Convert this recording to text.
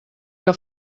que